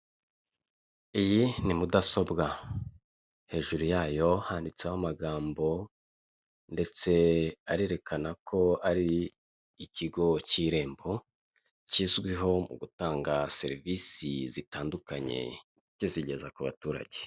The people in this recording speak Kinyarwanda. Iyi ni mudasobwa hejuru yayo handitseho amagambo ndetse arerekana ko ari ikigo cy'irembo kizwiho mu gutanga serivisi zitandukanye kizigeza ku baturage.